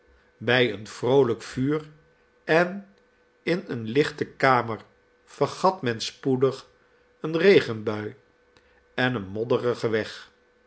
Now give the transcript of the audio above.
bij een vroolijk vuur en in eene lichte kamer vergat men spoedig eene regenbui en een modderigen weg